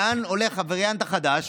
לאן הולך הווריאנט החדש.